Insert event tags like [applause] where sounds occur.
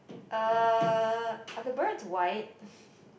uh are the birds white [laughs]